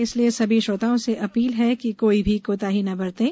इसलिए सभी श्रोताओं से अपील है कि कोई भी कोताही न बरतें